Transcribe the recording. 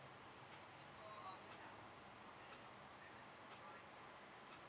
oh